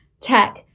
tech